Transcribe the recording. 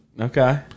Okay